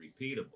repeatable